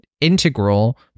integral